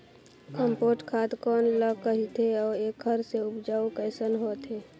Compost खाद कौन ल कहिथे अउ एखर से उपजाऊ कैसन होत हे?